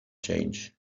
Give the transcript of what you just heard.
change